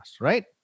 right